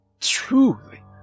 Truly